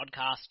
podcast